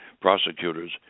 prosecutors